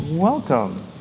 Welcome